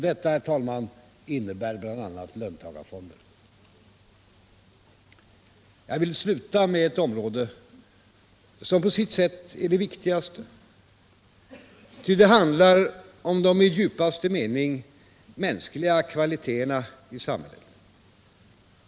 Detta, herr talman, innebär bl.a. löntagarfonder. Jag vill sluta med ett område som på sitt sätt är det viktigaste, ty det handlar om de i djupaste mening mänskliga kvaliteterna i samhället.